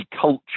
culture